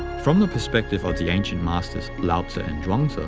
from the perspective of the ancient masters lao-tzu and chuang-tzu,